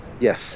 Yes